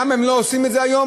למה הם לא עושים את זה היום?